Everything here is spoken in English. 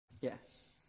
Yes